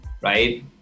right